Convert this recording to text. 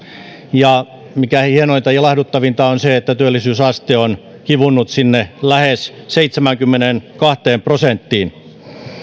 ja hienointa ja ilahduttavinta on se että työllisyysaste on kivunnut sinne lähes seitsemäänkymmeneenkahteen prosenttiin